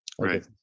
Right